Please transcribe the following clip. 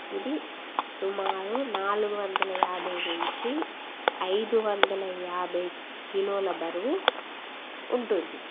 ఇది సుమారు నాలుగు వందల యాభై నుంచి ఐదు వందల యాభై కిలోల బరువు ఉంటుంది